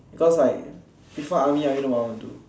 because like before army I already know what I want to do